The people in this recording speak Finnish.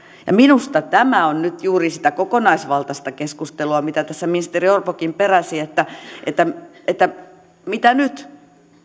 minusta tämä on nyt juuri sitä kokonaisvaltaista keskustelua mitä tässä ministeri orpokin peräsi että että mitä nyt